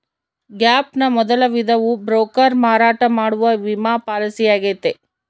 gap ನ ಮೊದಲ ವಿಧವು ಬ್ರೋಕರ್ ಮಾರಾಟ ಮಾಡುವ ವಿಮಾ ಪಾಲಿಸಿಯಾಗೈತೆ